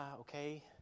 okay